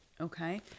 Okay